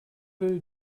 will